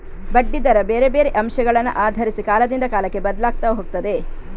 ಬಡ್ಡಿ ದರ ಬೇರೆ ಬೇರೆ ಅಂಶಗಳನ್ನ ಆಧರಿಸಿ ಕಾಲದಿಂದ ಕಾಲಕ್ಕೆ ಬದ್ಲಾಗ್ತಾ ಹೋಗ್ತದೆ